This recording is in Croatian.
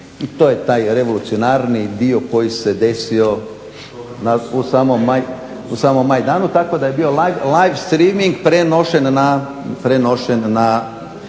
I to je taj revolucionarni dio koji se desio u samom Majdanu, tako da je bio live streaming prenošen na